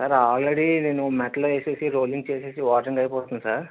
sir already నేను metal వేసేసి rolling చేసేసి వాటరింగ్ అయిపోతుంది సార్